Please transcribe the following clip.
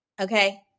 okay